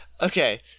Okay